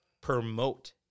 Promote